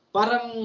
parang